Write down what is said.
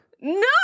No